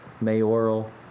mayoral